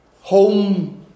home